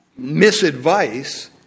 misadvice